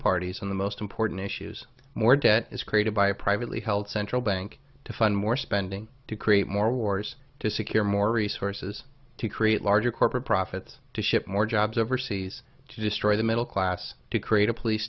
parties on the most important issues more debt is created by a privately held central bank to fund more spending to create more wars to secure more resources to create larger corporate profits to ship more jobs overseas to destroy the middle class to create a police